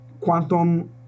quantum